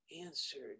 Answered